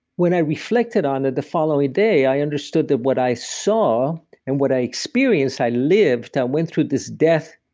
when i reflected on it the following day, i understood that what i saw and what i experienced, i lived and went through this death,